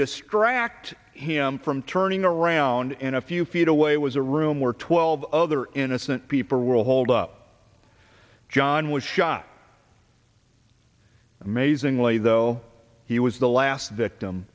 distract him from turning around in a few feet away it was a room where twelve other innocent people are world hold up john was shot amazingly though he was the last victim